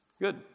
Good